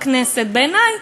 בעיני,